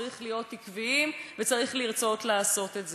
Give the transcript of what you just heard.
צריך להיות עקביים וצריך לרצות לעשות את זה.